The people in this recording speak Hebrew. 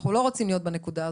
אנחנו לא רוצים להיות בנקודה הזאת.